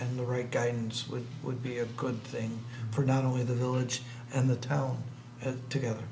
the right guidance which would be a good thing for not only the village and the town together